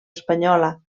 espanyola